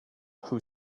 who